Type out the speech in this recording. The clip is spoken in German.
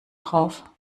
drauf